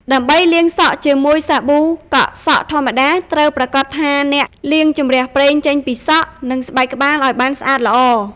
ដើម្បីលាងសក់ជាមួយសាប៊ូកក់សក់ធម្មតា ត្រូវប្រាកដថាអ្នកលាងជម្រះប្រេងចេញពីសក់ និងស្បែកក្បាលឱ្យបានស្អាតល្អ។